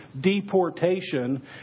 deportation